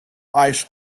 ice